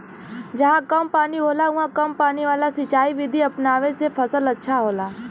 जहां कम पानी होला उहाँ कम पानी वाला सिंचाई विधि अपनावे से फसल अच्छा होला